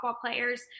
players